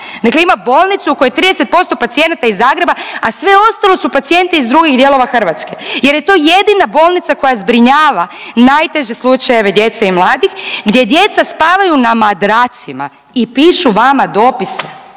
Dakle ima bolnicu u kojoj 30% pacijenata iz Zagreba, a sve ostalo su pacijenti iz drugih dijelova Hrvatske jer je to jedina bolnica koja zbrinjava najteže slučajeve djece i mladih gdje djeca spavaju na madracima i pišu vama dopis,